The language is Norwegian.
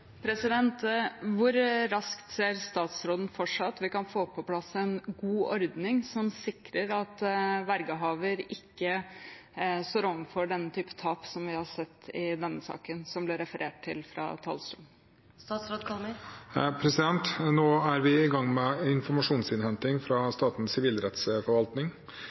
Hvor raskt ser statsråden for seg at vi kan få på plass en god ordning som sikrer at vergehaver ikke står overfor slike tap som vi har sett i denne saken som det er referert til fra talerstolen? Nå er vi i gang med informasjonsinnhenting fra Statens sivilrettsforvaltning.